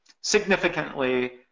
significantly